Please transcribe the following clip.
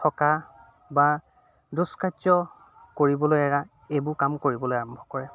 থকা বা দুস্কাৰ্য কৰিবলৈ এৰা এইবোৰ কাম কৰিবলৈ আৰম্ভ কৰে